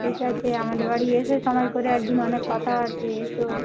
ঠিক আছে আমাদের বাড়ি এসো সময় করে এক দিন অনেক কথা আছে এসো